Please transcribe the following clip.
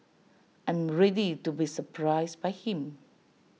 I am ready to be surprised by him